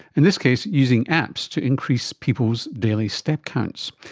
in this case using apps to increase people's daily step counts.